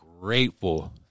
grateful